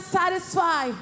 satisfy